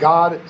God